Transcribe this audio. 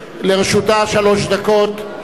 לרשותה שלוש דקות.